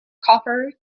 copper